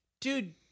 dude